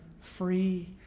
free